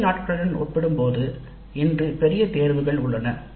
முந்தைய நாட்களுடன் ஒப்பிடும்போது இன்று பெரிய தேர்வுகள் உள்ளன